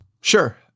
Sure